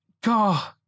God